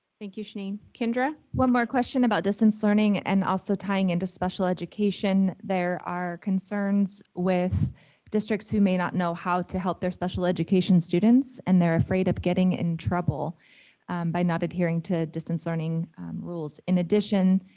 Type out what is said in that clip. thank you, shanine. kindra. one more question about distance learning and also tying in to special education. there are concerns with districts who may not know how to help their special education students and they're afraid of getting in trouble by not adhering to distance learning rules. in addition,